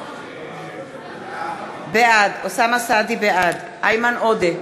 בעד איימן עודה,